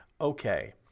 Okay